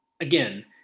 again